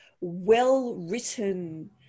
well-written